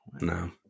No